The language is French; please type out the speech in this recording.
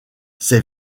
ces